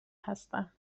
هستم